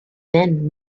then